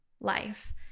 life